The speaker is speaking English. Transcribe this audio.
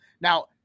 Now